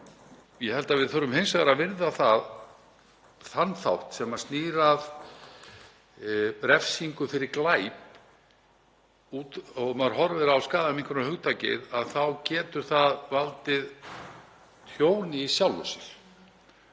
Ég held að við þurfum hins vegar að virða þann þátt sem snýr að refsingu fyrir glæp — og maður horfir á skaðaminnkunarhugtakið — þá getur það valdið tjóni í sjálfu sér.